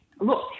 look